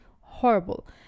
Horrible